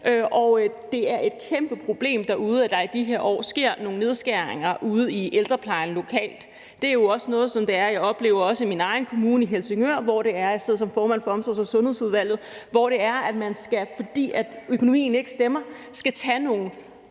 og det er et kæmpe problem, at der i de her år sker nogle nedskæringer ude lokalt i ældreplejen. Det er jo også noget, som jeg oplever i min egen kommune i Helsingør, hvor jeg sidder som formand for omsorgs- og sundhedsudvalget, altså at man, fordi økonomien ikke stemmer, skal tage nogle